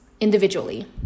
individually